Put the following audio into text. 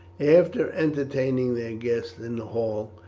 after entertaining their guests in the hall,